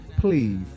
Please